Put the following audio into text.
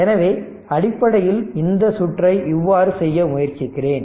எனவே அடிப்படையில் இந்த சுற்றை இவ்வாறு செய்ய முயற்சிக்கிறேன்